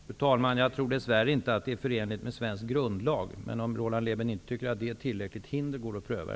Fru talman! Jag tror dess värre inte att det är förenligt med svensk grundlag, men om Roland Lében inte tycker att det är ett tillräckligt hinder går det att pröva.